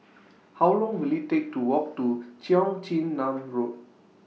How Long Will IT Take to Walk to Cheong Chin Nam Road